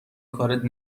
کارت